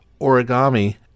Origami